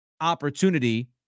opportunity